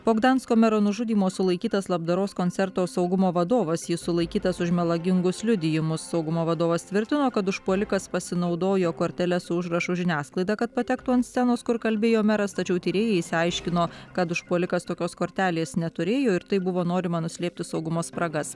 po gdansko mero nužudymo sulaikytas labdaros koncerto saugumo vadovas jis sulaikytas už melagingus liudijimus saugumo vadovas tvirtino kad užpuolikas pasinaudojo kortele su užrašu žiniasklaida kad patektų ant scenos kur kalbėjo meras tačiau tyrėjai išsiaiškino kad užpuolikas tokios kortelės neturėjo ir taip buvo norima nuslėpti saugumo spragas